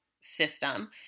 system